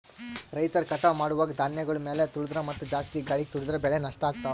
ರೈತರ್ ಕಟಾವ್ ಮಾಡುವಾಗ್ ಧಾನ್ಯಗಳ್ ಮ್ಯಾಲ್ ತುಳಿದ್ರ ಮತ್ತಾ ಜಾಸ್ತಿ ಗಾಳಿಗ್ ತೂರಿದ್ರ ಬೆಳೆ ನಷ್ಟ್ ಆಗ್ತವಾ